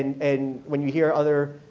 and when you hear other